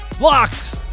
Locked